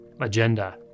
agenda